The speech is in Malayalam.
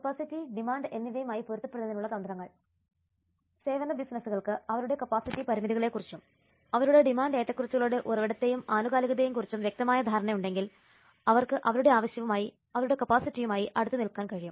കപ്പാസിറ്റി ഡിമാൻഡ് എന്നിവയുമായി പൊരുത്തപ്പെടുന്നതിനുള്ള തന്ത്രങ്ങൾ സേവന ബിസിനസുകൾക്ക് അവരുടെ കപ്പാസിറ്റി പരിമിതികളെക്കുറിച്ചും അവരുടെ ഡിമാൻഡ് ഏറ്റക്കുറച്ചിലുകളുടെ ഉറവിടത്തെയും ആനുകാലികതയെയും കുറിച്ചും വ്യക്തമായ ധാരണയുണ്ടെങ്കിൽ അവർക്ക് അവരുടെ ആവശ്യവുമായി അവരുടെ കപ്പാസിറ്റിയുമായി അടുത്തു നിൽക്കാൻ കഴിയും